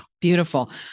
Beautiful